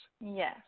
Yes